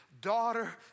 daughter